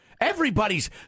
Everybody's